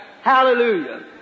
Hallelujah